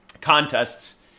contests